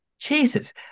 jesus